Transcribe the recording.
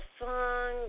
song